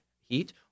heat